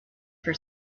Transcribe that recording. for